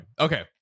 okay